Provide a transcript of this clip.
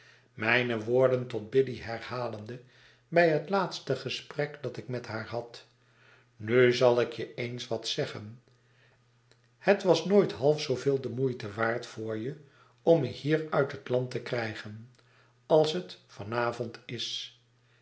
mijne woorden tot biddy herhalende bij het laatste gesprek dat ik met haar had nu zal ik je eens wat zeggen het was nooit half zooveel de moeite waard voor je om me hier uit het land te krijgen als het van avond is